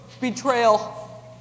betrayal